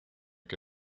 que